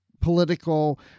political